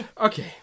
Okay